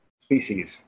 species